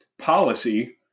policy